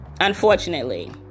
Unfortunately